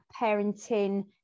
parenting